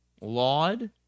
Laud